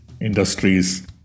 industries